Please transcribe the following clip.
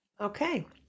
Okay